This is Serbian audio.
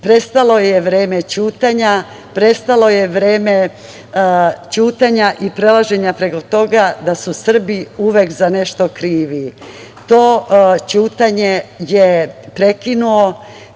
Prestalo je vreme ćutanja, prestalo je vreme ćutanja i prelaženja preko toga da su Srbi uvek za nešto krivi. To ćutanje je prekinuo